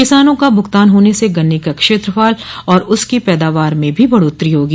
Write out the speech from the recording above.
किसानों का भुगतान होने से गन्ने का क्षेत्रफल और उसकी पैदावार में भी बढ़ोत्तरो होगी